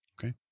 Okay